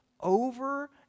over